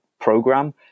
program